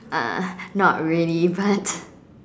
uh not really but